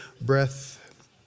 breath